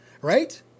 right